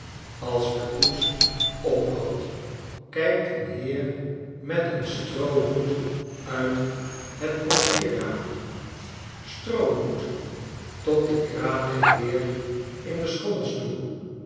als de koets ophoudt kijkt een heer met een stroohoed uit het portierraampje stroohoed tot den kranigen heer in den